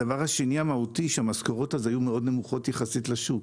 הדבר המהותי השני הוא שהמשכורות אז היו מאוד נמוכות יחסית לשוק.